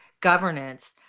governance